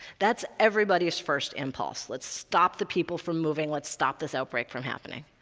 that's everybody's first impulse let's stop the people from moving, let's stop this outbreak from happening.